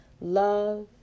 love